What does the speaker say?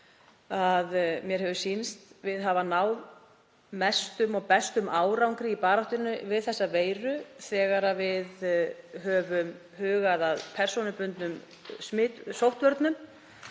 mér hefur sýnst við hafa náð mestum og bestum árangri í baráttunni við þessa veiru þegar við höfum hugað að persónubundnum sóttvörnum,